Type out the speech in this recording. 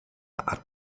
hat